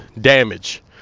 damage